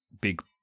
big